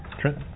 Trent